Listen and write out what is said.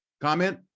comment